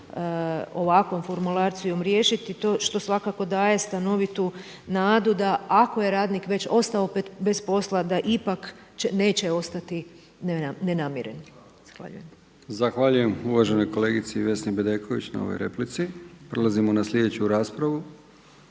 ovakvom formulacijom riješiti što svakako daje stanovitu nadu da ako je radnik već ostao bez posla da ipak neće ostati nenamiren. Zahvaljujem. **Brkić, Milijan (HDZ)** Zahvaljujem uvaženoj kolegici Vesni Bedeković na ovoj replici. Prelazimo na sljedeću raspravu.